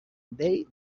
they